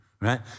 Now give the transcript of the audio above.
right